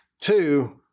two